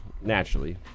naturally